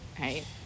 Right